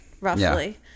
roughly